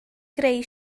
greu